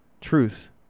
truth